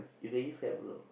you can use that bro